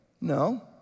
No